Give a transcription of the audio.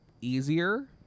easier